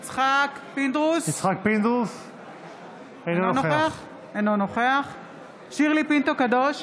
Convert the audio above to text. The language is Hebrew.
פינדרוס, אינו נוכח שירלי פינטו קדוש,